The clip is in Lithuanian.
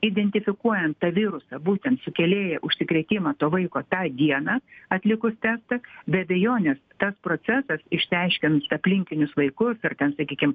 identifikuojant tą virusą būtent sukėlėją užsikrėtimą to vaiko tą dieną atlikus testą be abejonės tas procesas išsiaiškinant aplinkinius vaikus ar ten sakykim